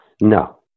No